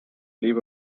leave